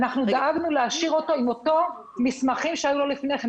אנחנו דאגנו להשאיר אותו עם אותם מסמכים שהיו לו לפני כן,